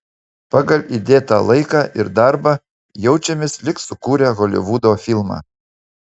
pagal įdėtą laiką ir darbą jaučiamės lyg sukūrę holivudo filmą